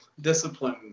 discipline